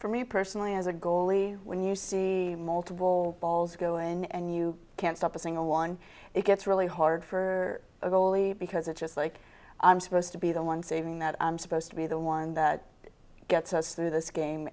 for me personally as a goalie when you see multiple balls go in and you can't stop a single one it gets really hard for a goalie because it's just like i'm supposed to be the one saving that i'm supposed to be the one that gets us through this game